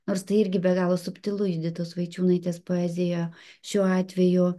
nors tai irgi be galo subtilu juditos vaičiūnaitės poezijoje šiuo atveju